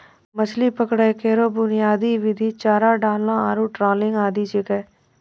मछरी पकड़ै केरो बुनियादी विधि चारा डालना आरु ट्रॉलिंग आदि छिकै